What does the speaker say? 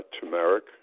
turmeric